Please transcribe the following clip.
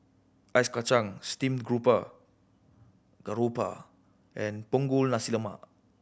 Ice Kachang Steamed Garoupa and Punggol Nasi Lemak